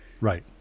right